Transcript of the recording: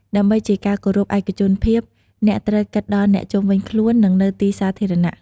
ដើម្បីជាការគោរពឯកជនភាព អ្នកត្រូវគិតដល់អ្នកជុំវិញខ្លួន និងនៅទីសាធារណៈ។